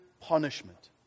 punishment